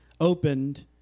opened